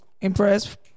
impressed